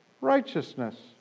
Righteousness